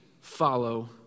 follow